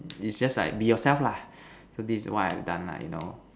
is just like be yourself lah so this is what I've done lah you know